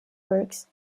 works